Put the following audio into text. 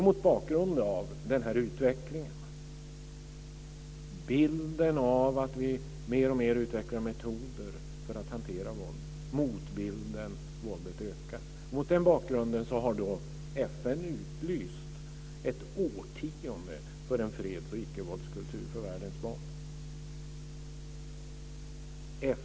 Mot bakgrund av denna utveckling - av bilden av att vi mer och mer utvecklar metoder för att hantera våld samt motbilden, att våldet ökar - har FN utlyst ett årtionde för en freds och icke-våldskultur för världens barn.